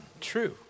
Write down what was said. true